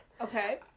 Okay